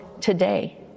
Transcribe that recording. today